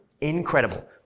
Incredible